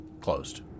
closed